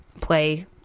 play